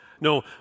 No